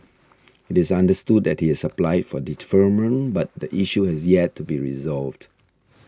it is understood that he has applied for deferment but the issue has yet to be resolved